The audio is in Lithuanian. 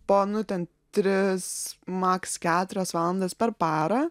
po nu ten tris maks keturias valandas per parą